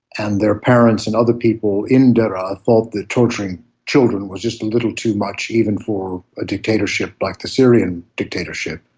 and their parents and other people in daraa thought that torturing children was just a little too much, even for a dictatorship like the syrian dictatorship.